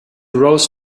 rose